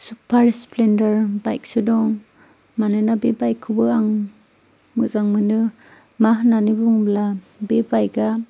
super splendor बाइकसो दं मानोना बे बाइकखौबो आं मोजां मोनो मा होननानै बुङोब्ला बे बाइकआ